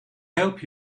help